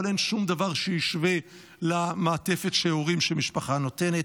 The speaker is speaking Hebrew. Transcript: אבל אין שום דבר שישווה למעטפת שהורים ושמשפחה נותנים.